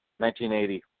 1980